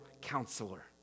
counselor